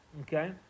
okay